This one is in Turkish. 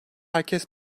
herkes